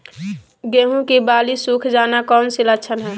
गेंहू की बाली सुख जाना कौन सी लक्षण है?